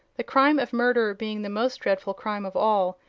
the crime of murder being the most dreadful crime of all,